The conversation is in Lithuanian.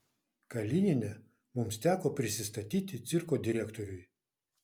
kalinine mums teko prisistatyti cirko direktoriui